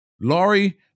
Laurie